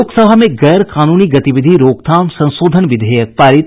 लोकसभा में गैरकानूनी गतिविधि रोकथाम संशोधन विधेयक पारित